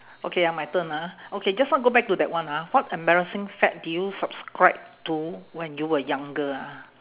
okay ya my turn ah okay just now go back to that one ha what embarrassing fad did you subscribe to when you were younger ah